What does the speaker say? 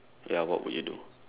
ya what would you do